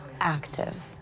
active